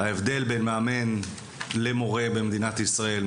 ההבדל בין מאמן למורה במדינת ישראל.